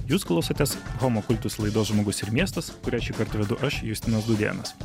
jūs klausotės homo kultus laidos žmogus ir miestas kurią šįkart vedu aš justinas dūdėnas